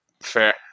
Fair